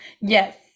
Yes